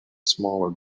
smaller